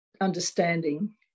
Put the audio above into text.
understanding